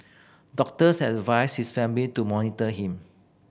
doctors have advised his family to monitor him